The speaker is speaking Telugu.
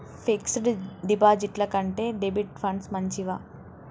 ఫిక్స్ డ్ డిపాజిట్ల కంటే డెబిట్ ఫండ్స్ మంచివా?